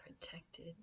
protected